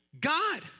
God